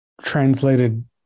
translated